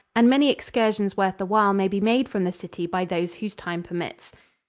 and many excursions worth the while may be made from the city by those whose time permits.